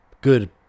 good